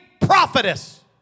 prophetess